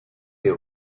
des